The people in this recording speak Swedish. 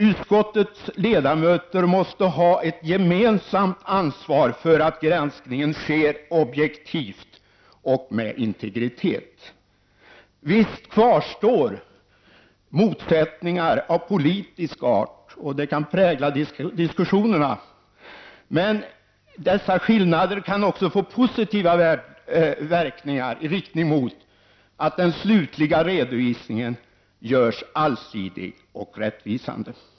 Utskottets ledamöter måste ha ett gemensamt ansvar för att granskningen sker objektivt och med integritet. Visst kvarstår motsättningar av politisk art — och detta kan prägla diskussionerna — men dessa skillnader kan också få positiva verkningar i riktning mot en allsidig och rättvisande slutlig redovisning.